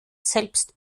selbst